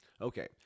Okay